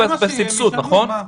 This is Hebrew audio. בסבסוד, נכון?